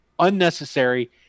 unnecessary